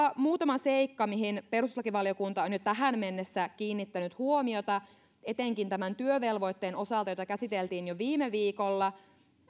muutama seikka mihin perustuslakivaliokunta on jo tähän mennessä kiinnittänyt huomiota etenkin tämän työvelvoitteen osalta jota käsiteltiin jo viime viikolla